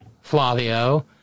Flavio